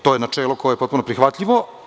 To je načelo koje je potpuno prihvatljivo.